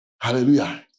Hallelujah